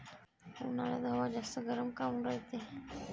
उन्हाळ्यात हवा जास्त गरम काऊन रायते?